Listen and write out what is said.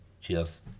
Cheers